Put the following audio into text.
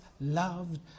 loved